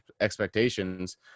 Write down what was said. expectations